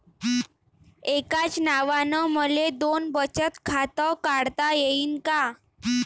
एकाच नावानं मले दोन बचत खातं काढता येईन का?